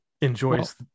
enjoys